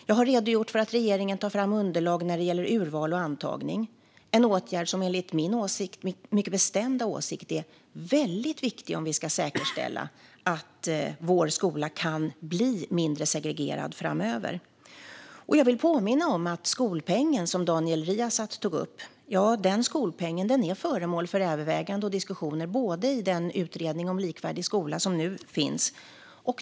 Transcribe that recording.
Jag har redogjort för att regeringen tar fram underlag när det gäller urval och antagning, en åtgärd som enligt min mycket bestämda åsikt är väldigt viktig om vi ska säkerställa att vår skola kan bli mindre segregerad framöver. Jag vill påminna om att skolpengen, som Daniel Riazat tog upp, är föremål för övervägande och diskussion i den utredning om likvärdig skola som nu finns.